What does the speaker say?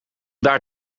daar